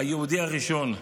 היהודי הראשון.